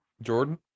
Jordan